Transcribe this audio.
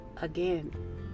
Again